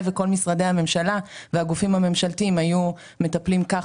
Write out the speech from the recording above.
וכל משרדי הממשלה והגופים הממשלתיים היו מטפלים כך